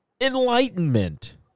Enlightenment